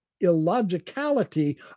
illogicality